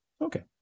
Okay